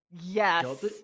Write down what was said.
Yes